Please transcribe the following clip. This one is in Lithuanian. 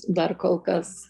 dar kol kas